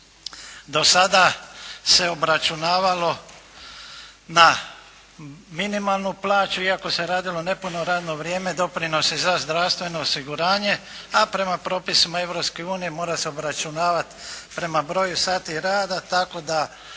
Do sada se obračunavalo na minimalnu plaću, iako se radilo nepuno radno vrijeme doprinosi za zdravstveno osiguranje, a prema propisima Europske unije mora se obračunavati prema broju sati rada tako da